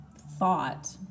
thought